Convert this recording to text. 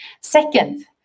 Second